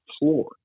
floor